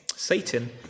Satan